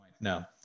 No